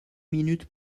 minutes